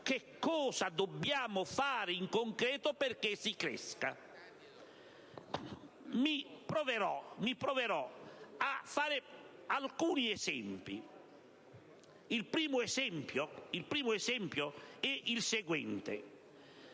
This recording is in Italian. che cosa dobbiamo fare in concreto per crescere. Proverò a fare alcuni esempi. Il primo è il seguente: